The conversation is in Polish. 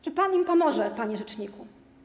Czy pan im pomoże, panie rzeczniku?